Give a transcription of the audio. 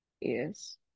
Yes